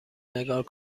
نگار